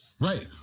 right